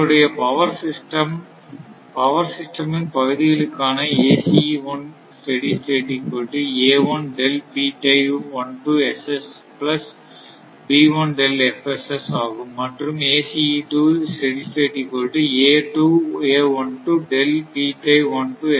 உங்களுடைய power system இன் பகுதிகளுக்கான ஆகும் மற்றும் ஆகும்